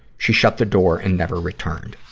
she shut the door and never returned.